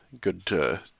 good